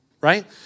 right